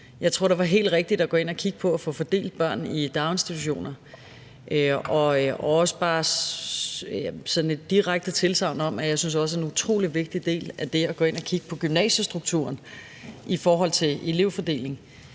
Jeg tror, det var helt rigtigt at gå ind at kigge på at få fordelt børn i daginstitutioner. Og så vil jeg bare komme med sådan et direkte udsagn om, at jeg også synes, at en utrolig vigtig del af det at gå ind og kigge på gymnasiestrukturen i forhold til elevfordeling